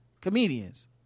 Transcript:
comedians